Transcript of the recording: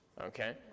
Okay